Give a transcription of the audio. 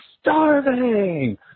starving